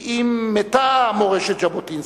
כי אם מתה מורשת ז'בוטינסקי.